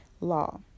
law